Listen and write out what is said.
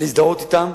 להזדהות אתם,